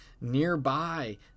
nearby